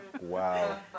Wow